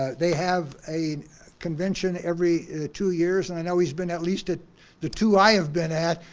they have a convention every two years, and i know he's been at least at the two i have been at,